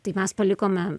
tai mes palikome